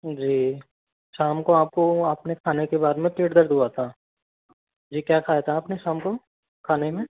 जी शाम को आपको आपने खाने के बाद में पेट दर्द हुआ था जी क्या खाया था आपने शाम को खाने में